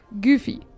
Goofy